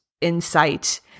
insight